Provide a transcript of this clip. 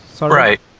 right